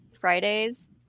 Fridays